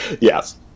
Yes